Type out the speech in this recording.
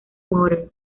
model